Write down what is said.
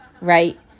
right